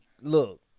look